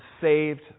saved